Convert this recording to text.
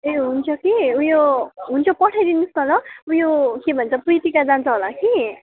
ए हुन्छ कि उयो हुन्छ पठाइदिनुहोस् न ल म यो के भन्छ प्रितिका जान्छ होला कि